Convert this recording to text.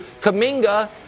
Kaminga